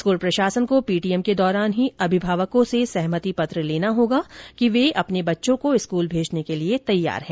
school प्रशासन को PTM के दौरान ही अभिभावकों से सहमति पत्र लेना होगा कि वह अपने बच्चों को स्कूल भेजने के लिए तैयार हैं